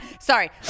sorry